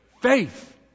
Faith